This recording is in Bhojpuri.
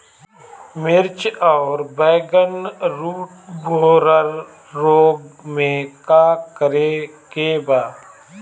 मिर्च आउर बैगन रुटबोरर रोग में का करे के बा?